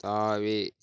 தாவி